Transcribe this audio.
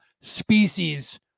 species